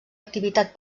activitat